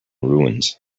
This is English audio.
ruins